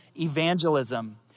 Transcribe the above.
evangelism